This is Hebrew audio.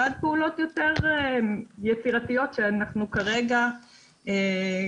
ועד פעולות יותר יצירתיות שכרגע אנחנו